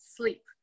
sleep